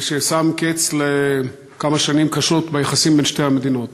ששם קץ לכמה שנים קשות ביחסים בין שתי המדינות.